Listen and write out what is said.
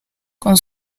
con